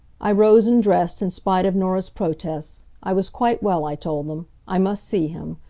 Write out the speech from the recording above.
i rose and dressed, in spite of norah's protests. i was quite well, i told them. i must see him.